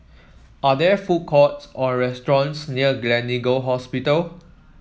are there food courts or restaurants near Gleneagle Hospital